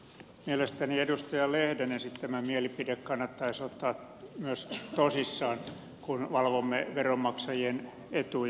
mielestäni myös edustaja lehden esittämä mielipide kannattaisi ottaa tosissaan kun valvomme veronmaksajien etuja